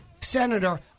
senator